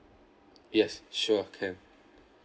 yes sure can